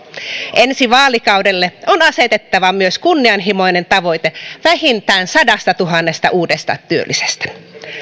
ensi vaalikaudelle on asetettava myös kunnianhimoinen tavoite vähintään sadastatuhannesta uudesta työllisestä